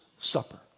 Supper